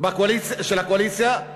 של הקואליציה,